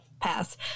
pass